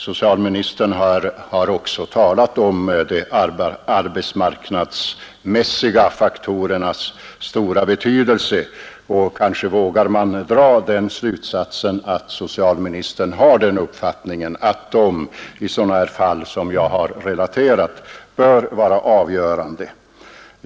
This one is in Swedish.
Socialministern har även betonat de arbetsmarknadsmässiga faktorernas stora betydelse. Kanske vågar man dra den slutsatsen att socialministern har uppfattningen att i sådana fall som jag har relaterat bör dessa faktorer vara avgörande.